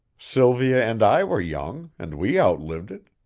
sylvia and i were young, and we outlived it.